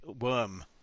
worm